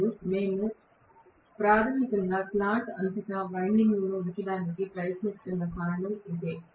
మరియు మేము ప్రాథమికంగా స్లాట్ అంతటా వైండింగ్లను ఉంచడానికి ప్రయత్నిస్తున్న కారణం అదే